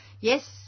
Yes